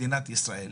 מדינת ישראל,